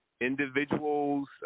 individuals